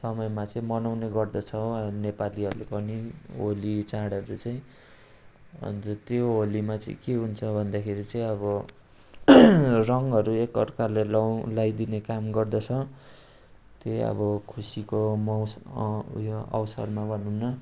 समयमा चाहिँ मनाउने गर्दछ नेपालीहरूले पनि होली चाडहरू चाहिँ अन्त त्यो होलीमा चाहिँ के हुन्छ भन्दाखेरि चाहिँ अब रङहरू एकाअर्काले लगाउ लगाइदिने काम गर्दछ त्यही अब खुसीको मौज उयो अवसरमा भनौँ न